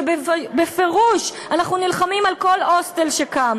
ואנחנו בפירוש נלחמים על כל הוסטל שקם,